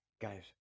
guys